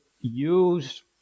use